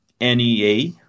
NEA